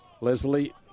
Leslie